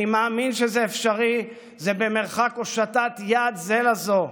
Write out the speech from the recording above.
אני מאמין שזה אפשרי, זה במרחק הושטת יד זה לזו.